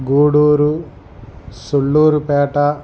Gudur Sullurpeta